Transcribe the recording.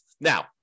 Now